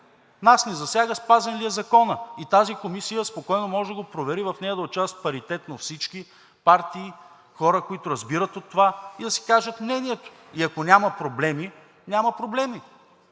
Нас ни засяга спазен ли е законът и тази комисия спокойно може да го провери. В нея да участват паритетно всички партии, хора, които разбират от това, и да си кажат мнението. И ако няма проблеми, няма проблеми,